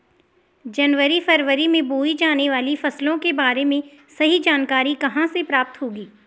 जनवरी फरवरी में बोई जाने वाली फसलों के बारे में सही जानकारी कहाँ से प्राप्त होगी?